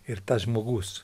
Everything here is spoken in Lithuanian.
ir tas žmogus